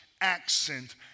accent